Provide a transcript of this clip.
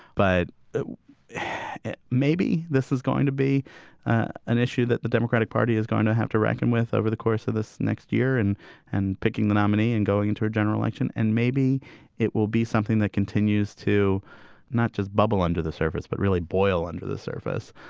but maybe this is going to be an issue that the democratic party is going to have to reckon with over the course of this next year and and picking the nominee and going into a general election. and maybe it will be something that continues to not just bubble under the surface, but really boil under the surface.